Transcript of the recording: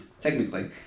Technically